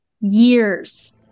years